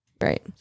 Right